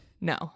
no